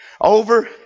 over